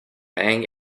bang